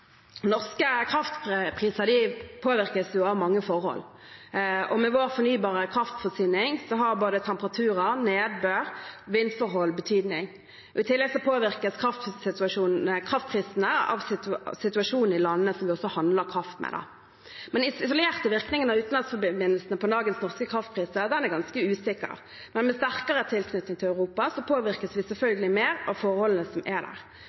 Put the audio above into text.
Norske kraftpriser påvirkes av mange forhold, og med vår fornybare kraftforsyning har både temperatur, nedbør og vindforhold betydning. I tillegg påvirkes kraftprisene av situasjonen i landene som vi handler kraft med. Den isolerte virkningen av utenlandsforbindelsene på dagens norske kraftpriser er ganske usikker, men med sterkere tilknytning til Europa påvirkes vi selvfølgelig mer av forholdene som er der.